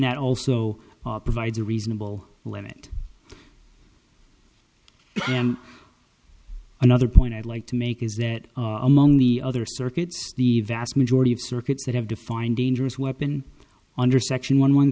that also provides a reasonable limit them another point i'd like to make is that among the other circuits the vast majority of circuits that have defined dangerous weapon under section one